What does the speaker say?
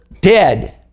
dead